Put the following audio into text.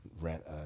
rent